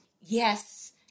Yes